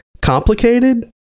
complicated